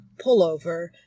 pullover